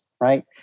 right